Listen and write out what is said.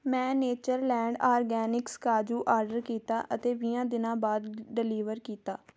ਮੈਂ Natureland Organics ਕਾਜੂ order ਕੀਤਾ ਅਤੇ ਵੀਹਾਂ ਦਿਨਾਂ ਬਾਅਦ ਡਿਲੀਵਰ ਕੀਤਾ